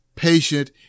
patient